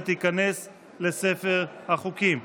ותיכנס לספר החוקים.